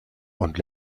und